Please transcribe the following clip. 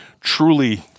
truly